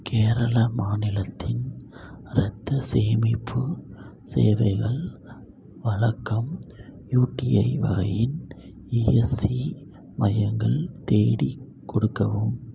கேரள மாநிலத்தில் இரத்தச் சேமிப்பு சேவைகள் வழக்கம் யூடிஐ வகையின் இஎஸ்ஐ மையங்கள் தேடிக் கொடுக்கவும்